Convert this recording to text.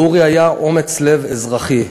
לאורי היה אומץ לב אזרחי.